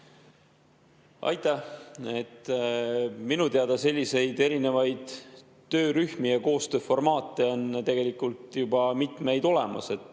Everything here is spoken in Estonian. Aitäh! Minu teada selliseid erinevaid töörühmi ja koostööformaate on juba mitmeid olemas.